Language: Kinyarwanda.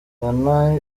ghana